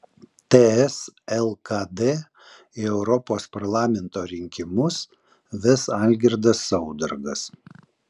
ts lkd į europos parlamento rinkimus ves algirdas saudargas